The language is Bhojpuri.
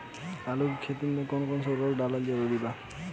आलू के खेती मे कौन कौन उर्वरक डालल जरूरी बा?